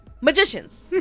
magicians